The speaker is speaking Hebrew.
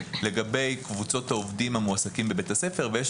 לגבי קבוצות העובדים המועסקים בבתי הספר ויש